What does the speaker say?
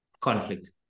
conflict